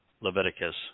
Leviticus